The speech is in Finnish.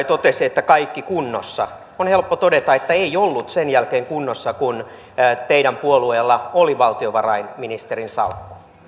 totesi että kaikki kunnossa on helppo todeta että ei ollut kunnossa sen jälkeen kun teidän puolueella oli valtiovarainministerin salkku